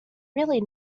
really